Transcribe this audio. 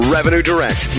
RevenueDirect